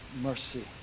mercy